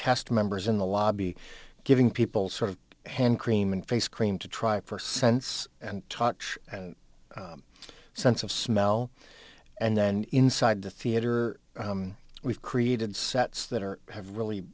cast members in the lobby giving people sort of hand cream and face cream to try for sense and touch and sense of smell and then inside the theater we've created sets that are have really